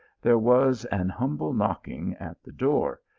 there was an humble knocking at the door,